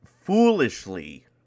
foolishly